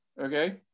okay